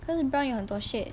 cause brown 有很多 shade